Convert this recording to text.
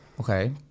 Okay